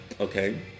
Okay